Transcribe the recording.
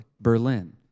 Berlin